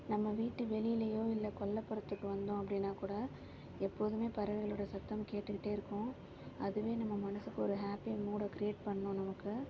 நம்ம வீட்டு வெளியிலையோ இல்லை கொல்லைப்புறத்துக்கு வந்தோம் அப்படினா கூட எப்போதுமே பறவைகளோட சத்தம் கேட்டுக்கிட்டே இருக்கும் அதுவே நம்ம மனசுக்கு ஒரு ஹேப்பி மூடை க்ரியேட் பண்ணும் நமக்கு